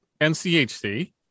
NCHC